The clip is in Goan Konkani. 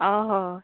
हय